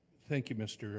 thank you, mr.